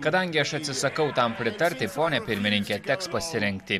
kadangi aš atsisakau tam pritarti pone pirmininke teks pasirengti